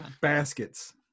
baskets